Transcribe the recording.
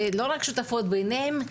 ולא רק שותפות בעיניהם,